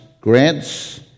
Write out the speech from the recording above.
grants